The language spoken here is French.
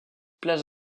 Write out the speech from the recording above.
place